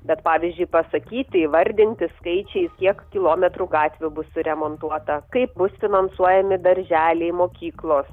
bet pavyzdžiui pasakyti įvardinti skaičiais kiek kilometrų gatvių bus suremontuota kaip bus finansuojami darželiai mokyklos